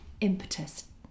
impetus